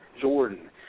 Jordan